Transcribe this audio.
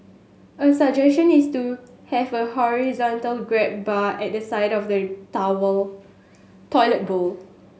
a suggestion is to have a horizontal grab bar at the side of the tower toilet bowl